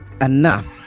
enough